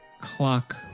clock